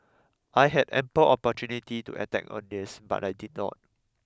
I had ample opportunity to attack on this but I did not